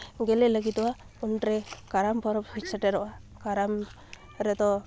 ᱜᱮᱞᱮᱜ ᱞᱟᱹᱜᱤᱫᱚᱜᱼᱟ ᱩᱱᱨᱮ ᱠᱟᱨᱟᱢ ᱯᱚᱨᱚᱵᱽ ᱥᱮᱴᱮᱨᱚᱜᱼᱟ ᱠᱟᱨᱟᱢ ᱨᱮᱫᱚ